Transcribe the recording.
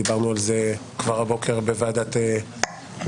דיברנו על זה כבר הבוקר בוועדת הכנסת.